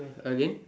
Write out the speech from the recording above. again